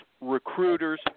recruiters